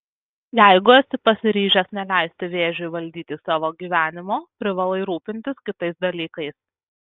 jeigu esi pasiryžęs neleisti vėžiui valdyti savo gyvenimo privalai rūpintis kitais dalykais